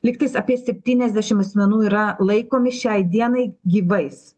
lygtais apie septyniasdešim asmenų yra laikomi šiai dienai gyvais